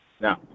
No